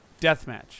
deathmatch